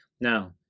Now